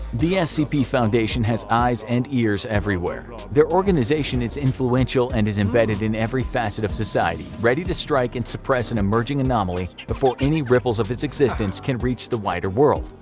the scp foundation has eyes and ears everywhere. their organization is influential, and is embedded in every facet of society, ready to strike and suppress an emerging anomaly before any ripples of its existence can reach the wider world.